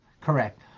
Correct